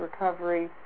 recovery